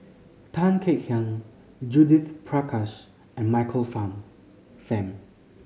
Tan Kek Hiang Judith Prakash and Michael Fam